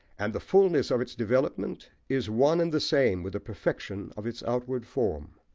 and the fulness of its development is one and the same with the perfection of its outward form.